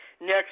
next